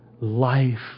life